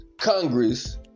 Congress